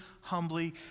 humbly